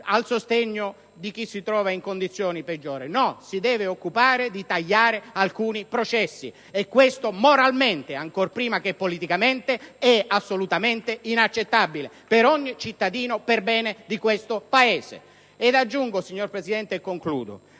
al sostegno di chi si trova in condizioni peggiori; si deve occupare di tagliare alcuni processi! Questo moralmente, ancor prima che politicamente, è assolutamente inaccettabile per ogni cittadino per bene del nostro Paese! *(Applausi dai Gruppi